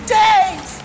days